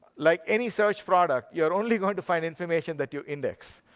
like any search product, you're only going to find information that you index.